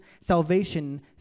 Salvation